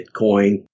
Bitcoin